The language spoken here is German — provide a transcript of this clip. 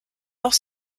auch